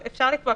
אפשר לקבוע.